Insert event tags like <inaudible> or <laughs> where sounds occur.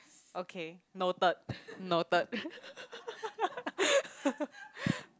okay noted noted <laughs>